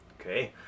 okay